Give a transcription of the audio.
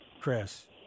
Chris